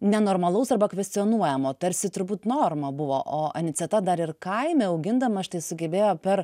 nenormalaus arba kvestionuojamo tarsi turbūt norma buvo o aniceta dar ir kaime augindama štai sugebėjo per